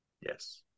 yes